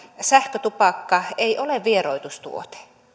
sähkötupakka ei ole vieroitustuote